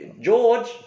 George